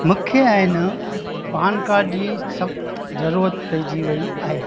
मूंखे आहे न पान कार्ड जी सख़्त ज़रूरत पहिजी वई आहे